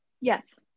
Yes